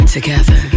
Together